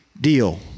deal